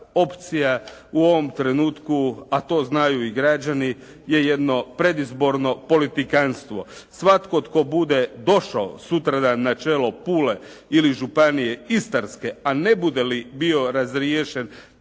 opcija u ovom trenutku, a to znaju i građani je jedno predizborno politikanstvo. Svatko tko bude došao sutradan na čelo Pule ili Županije istarske, a ne bude li bio razriješen